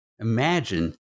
Imagine